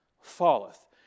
falleth